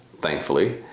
thankfully